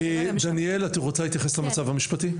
דניאל את רוצה להתייחס למצב המשפטי?